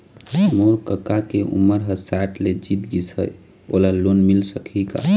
मोर कका के उमर ह साठ ले जीत गिस हे, ओला लोन मिल सकही का?